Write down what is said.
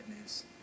news